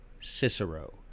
Cicero